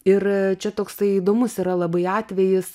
ir čia toksai įdomus yra labai atvejis